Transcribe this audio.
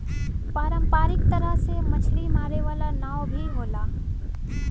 पारंपरिक तरह से मछरी मारे वाला नाव भी होला